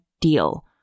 deal